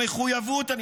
בבקשה לסיים.